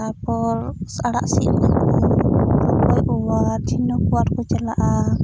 ᱛᱟᱨᱯᱚᱨ ᱟᱲᱟᱜ ᱥᱤᱫ ᱠᱚ ᱠᱚ ᱨᱚᱠᱚᱡᱽ ᱳᱭᱟᱨ ᱡᱷᱤᱱᱩᱠ ᱳᱭᱟᱨ ᱠᱚ ᱪᱟᱞᱟᱜᱼᱟ